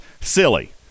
silly